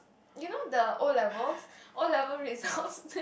you know the o-levels o-level results